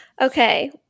Okay